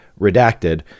redacted